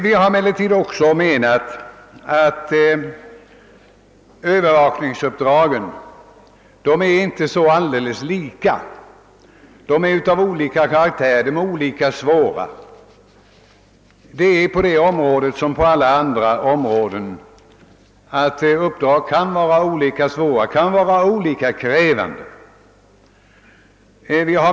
Vi har emellertid också påtalat att övervakningsuppdragen inte alla har samma karaktär. På detta område som på andra kan uppdrag vara olika krävande.